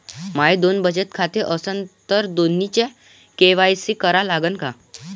माये दोन बचत खाते असन तर दोन्हीचा के.वाय.सी करा लागन का?